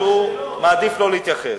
שהוא מעדיף לא להתייחס,